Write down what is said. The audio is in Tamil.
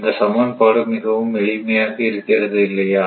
இந்த சமன்பாடு மிகவும் எளிமையாக இருக்கிறது இல்லையா